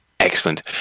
Excellent